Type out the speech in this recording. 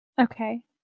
Okay